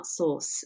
outsource